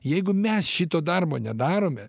jeigu mes šito darbo nedarome